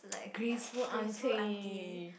graceful aunty